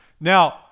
Now